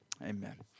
Amen